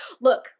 Look